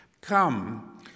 Come